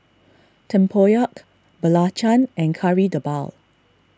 Tempoyak Belacan and Kari Debal